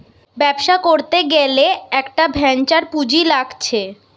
ব্যবসা করতে গ্যালে একটা ভেঞ্চার পুঁজি লাগছে